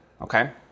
okay